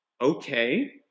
okay